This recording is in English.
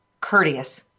courteous